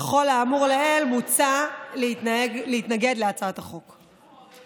לכל האמור לעיל, מוצע להתנגד להצעת החוק.